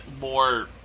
more